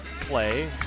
play